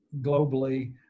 globally